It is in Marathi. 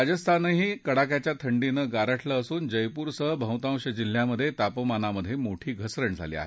राजस्थानंही कडाक्याच्या थंडीनं गारठलं असून जयपूरसह बह्तांश जिल्ह्यांमधे तापमानात मोठी घसरण झाली आहे